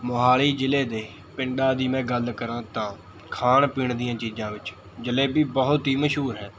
ਮੋਹਾਲੀ ਜ਼ਿਲ੍ਹੇ ਦੇ ਪਿੰਡਾਂ ਦੀ ਮੈਂ ਗੱਲ ਕਰਾਂ ਤਾਂ ਖਾਣ ਪੀਣ ਦੀਆਂ ਚੀਜਾਂ ਵਿੱਚ ਜਲੇਬੀ ਬਹੁਤ ਹੀ ਮਸ਼ਹੂਰ ਹੈ